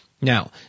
Now